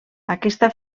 aquesta